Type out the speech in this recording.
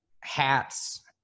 hats